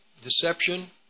deception